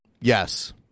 Yes